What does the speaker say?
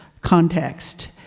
context